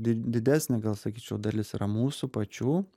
di didesnė gal sakyčiau dalis yra mūsų pačių